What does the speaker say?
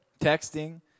texting